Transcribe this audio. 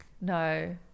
no